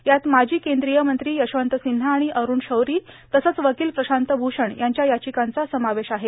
यात माजी केंद्रीय मंत्री यशवंत सिव्हा आणि अरूण शौरी तसंच वकील प्रशांत भूषण यांच्या याचिकांचा समावेश आहे